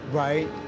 right